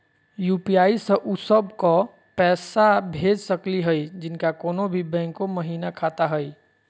UPI स उ सब क पैसा भेज सकली हई जिनका कोनो भी बैंको महिना खाता हई?